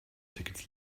tickets